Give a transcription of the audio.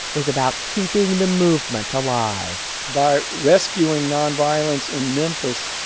was about keeping the movement alive by rescuing nonviolence in memphis,